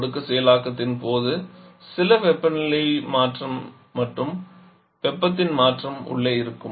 ஒடுக்க செயலாக்கத்தின் போது சில வெப்பநிலை மாற்றம் மற்றும் வெப்பத்தின் மாற்றம் உள்ளே இருக்கும்